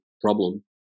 problem